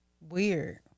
weird